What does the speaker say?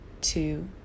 two